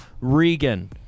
Regan